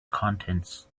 contents